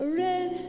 red